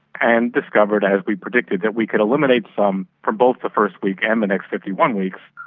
and discovered, as we predicted, that we could eliminate some from both the first week and the next fifty one weeks,